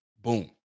boom